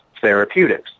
Therapeutics